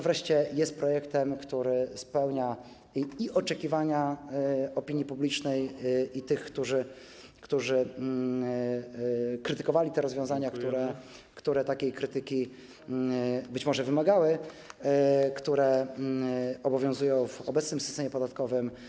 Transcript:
Wreszcie, jest to projekt, który spełnia oczekiwania opinii publicznej i tych, którzy krytykowali rozwiązania, które takiej krytyki być może wymagały, które obowiązują w obecnym systemie podatkowym.